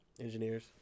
engineers